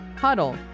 huddle